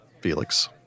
Felix